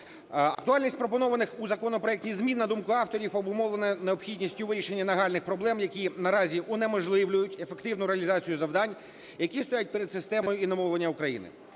Актуальність пропонованих у законопроекті змін, на думку авторів, обумовлене необхідністю вирішення нагальних проблем, які наразі унеможливлюють ефективну реалізацію завдань, які стоять перед системою іномовлення України.